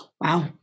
Wow